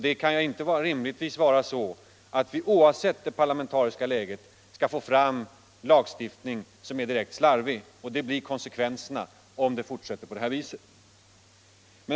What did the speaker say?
Det kan inte rimligtvis vara bra att vi, oavsett det parlamentariska läget, skall få en lagstiftning som är direkt slarvig. Det blir konsekvensen om vårt arbete måste fortsätta på det här viset.